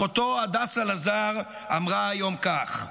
אחותו, הדסה לזר, אמרה היום כך: